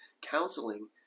counseling